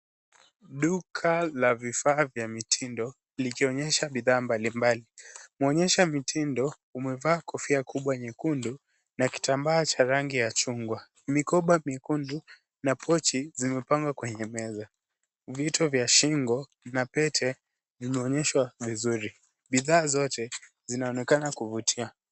Duku la vifaa vya mitindo, likionyesha bidhaa mbalimbali. Mwonyesha mitindo umevaa kofia kubwa nyekundu na kitambaa cha rangi ya chungwa. Mikoba mekundu na pochi zimepangwa kwenye meza. Vito vya shingo na pete vimeonyeshwa vizuri. Bidhaa zote zinaonekana kuvutia.